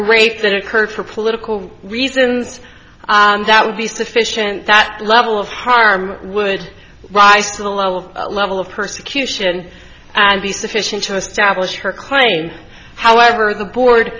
rape that occurred for political reasons that would be sufficient that level of harm would rise to the level of level of persecution and be sufficient to establish her claim however the board